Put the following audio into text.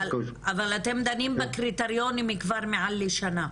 אבל אתם דנים קריטריונים כבר מעל לשנה.